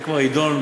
זה כבר יידון,